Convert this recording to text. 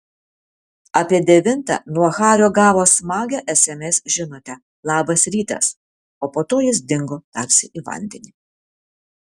apie devintą nuo hario gavo smagią sms žinutę labas rytas o po to jis dingo tarsi į vandenį